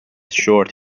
short